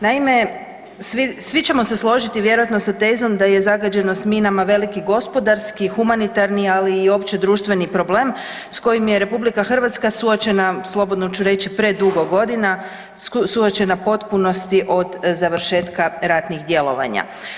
Naime, svi ćemo se složiti vjerojatno sa tezom da je zagađenost minama veliki gospodarski, humanitarni, ali i općedruštveni problem s kojim je RH suočena, slobodno ću reći predugo godina, suočena potpunosti od završetka ratnih djelovanja.